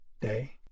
day